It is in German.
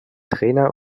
trainer